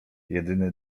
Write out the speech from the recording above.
jedyny